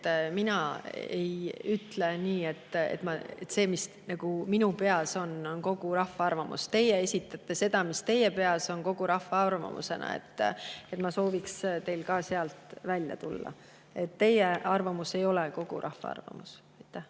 mina ei ütle, et see, mis minu peas on, on kogu rahva arvamus. Teie esitate seda, mis teie peas on, kogu rahva arvamusena. Ma soovitaks teil sealt välja tulla. Teie arvamus ei ole kogu rahva arvamus.